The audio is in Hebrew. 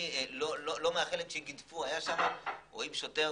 רואים שוטר